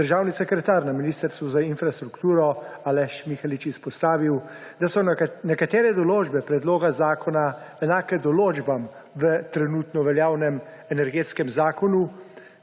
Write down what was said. državni sekretar Ministrstva za infrastrukturo Aleš Mihelič izpostavil, da so nekatere določbe predloga zakona enake določbam v trenutno veljavnem Energetskem zakonu,